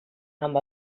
amb